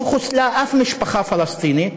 לא חוסלה אף משפחה פלסטינית,